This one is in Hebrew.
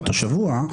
השבוע,